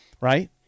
right